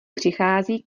přichází